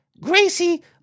Gracie